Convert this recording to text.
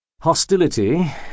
Hostility